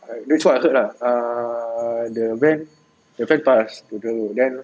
I that's what I heard lah err the van wanted to ask the girl then